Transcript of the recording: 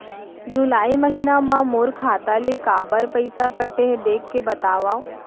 जुलाई महीना मा मोर खाता ले काबर पइसा कटे हे, देख के बतावव?